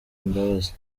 imbabazi